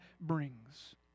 brings